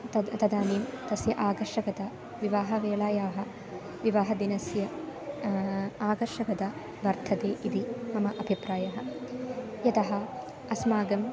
तद् तदानीं तस्य आकर्षकता विवाहवेलायाः विवाहदिनस्य आकर्षकता वर्धते इति मम अभिप्रायः यतः अस्माकम्